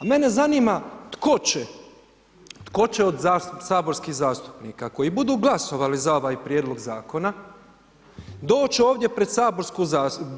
A mene zanima tko će od saborskih zastupnika koji budu glasovali za ovaj prijedlog zakona doći ovdje pred saborsku